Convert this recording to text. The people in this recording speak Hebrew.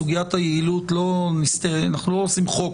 סוגיית היעילות אנחנו לא עושים חוק